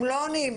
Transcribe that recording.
הם לא עונים.